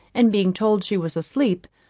and being told she was asleep,